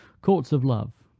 courts of love.